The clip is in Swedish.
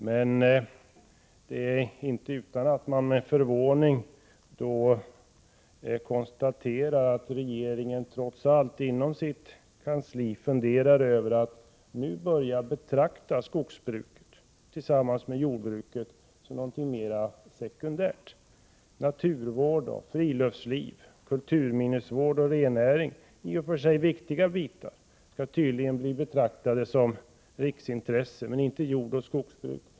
Men det är inte utan förvåning man konstaterar att regeringen inom sitt kansli trots allt funderar över att nu börja betrakta skogsbruket tillsammans med jordbruket som någonting mera sekundärt. Naturvård, friluftsliv, kulturminnesvård och rennäring — i och för sig viktiga delar — har tydligen blivit betraktade som riksintressen, men inte jordoch skogsbruk.